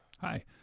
Hi